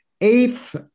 eighth